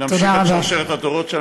נמשיך את שרשרת הדורות, תודה.